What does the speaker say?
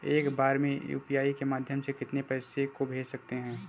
एक बार में यू.पी.आई के माध्यम से कितने पैसे को भेज सकते हैं?